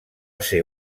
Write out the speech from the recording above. ser